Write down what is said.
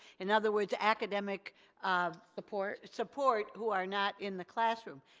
in other words academic um support? support who are not in the classroom?